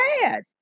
bad